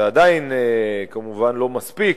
זה עדיין לא מספיק,